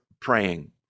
praying